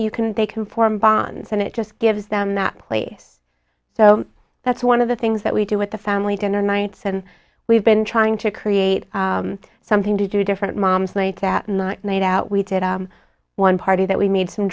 you can they can form bonds and it just gives them that place so that's one of the things that we do with the family dinner nights and we've been trying to create something to do different mom's night that not made out we did one party that we made some